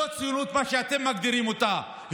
לא ציונות כמו שאתם מגדירים אותה,